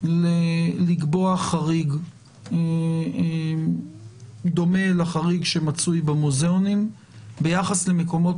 לקבוע חריג דומה לחריג שמצוי במוזיאונים ביחס למקומות